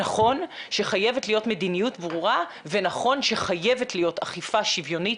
נכון שחייבת להיות מדיניות ברורה ונכון שחייבת להיות אכיפה שוויונית